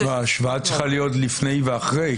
ההשוואה צריכה להיות לפני ואחרי.